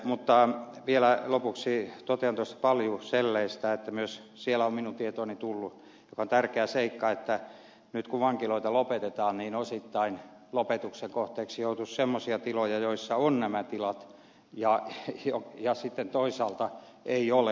mutta vielä lopuksi totean paljuselleistä että myös minun tietooni tullut joka on tärkeä seikka että nyt kun vankiloita lopetetaan niin osittain lopetuksen kohteeksi joutuisi semmoisia tiloja joissa on nämä tilat ja sitten toisaalta niitä joissa ei ole